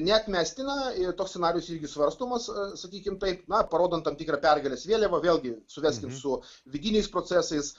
neatmestina ir toks scenarijus irgi svarstomas sakykim taip na parodant tam tikrą pergalės vėliavą vėlgi suveskim su vidiniais procesais